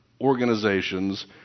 organizations